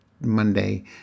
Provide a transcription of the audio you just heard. Monday